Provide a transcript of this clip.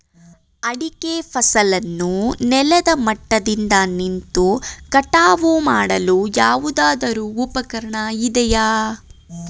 ಅಡಿಕೆ ಫಸಲನ್ನು ನೆಲದ ಮಟ್ಟದಿಂದ ನಿಂತು ಕಟಾವು ಮಾಡಲು ಯಾವುದಾದರು ಉಪಕರಣ ಇದೆಯಾ?